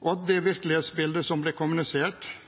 og at det virkelighetsbildet som ble kommunisert,